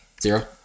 zero